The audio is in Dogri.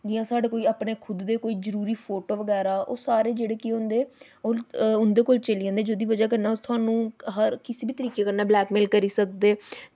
जि'यां साढ़े कोई अपने खुद दे कोई जरूरी फोटो बगैरा कि ओह् सारे जेह्ड़े कि होंदे उं'दे कोल चली जंदे जेह्दी ब'जा कन्नै तुहानू हर किस बी तरीके कन्नै ब्लैकमेल करी सकदे